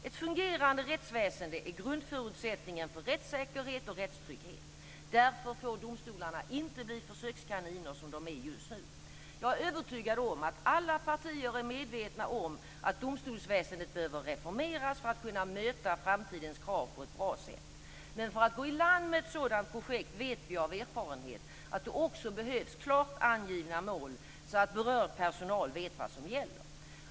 Ett fungerande rättsväsende är grundförutsättningen för rättssäkerhet och rättstrygghet. Därför får domstolarna inte bli försökskaniner, som de är just nu. Jag är övertygad om att alla partier är medvetna om att domstolsväsendet behöver reformeras för att kunna möta framtidens krav på ett bra sätt. Men vi vet att det för att man ska gå i land med ett sådant projekt också behövs klart angivna mål, så att berörd personal vet vad som gäller.